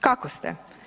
Kako ste?